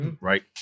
Right